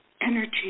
energy